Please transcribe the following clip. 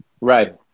Right